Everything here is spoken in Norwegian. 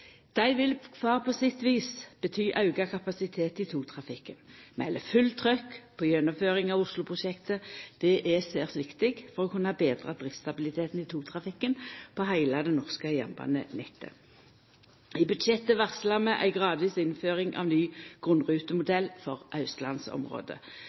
Dei vil kvar på sitt vis bety auka kapasitet i togtrafikken. Vi held fullt trykk på gjennomføringa av Oslo-prosjektet; det er særs viktig for å kunna betra driftsstabiliteten i togtrafikken på heile det norske jernbanenettet. I budsjettet varslar vi ei gradvis innføring av ny